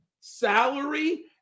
salary